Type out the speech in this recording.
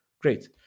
Great